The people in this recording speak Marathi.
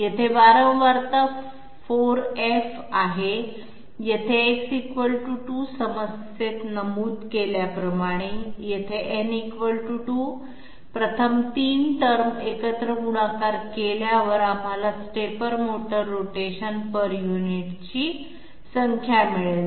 येथे वारंवारता 4f आहे येथे X 2 समस्येत नमूद केल्याप्रमाणे येथे n 2 प्रथम 3 टर्म एकत्र गुणाकार केल्यावर आम्हाला स्टेपर मोटर रोटेशन युनिट ची संख्या मिळेल